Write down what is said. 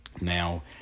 Now